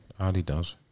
Adidas